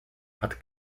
hat